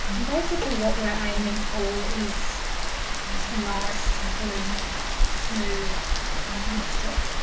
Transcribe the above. basically what we're aiming for is just a nice sort of smooth mixture